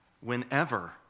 whenever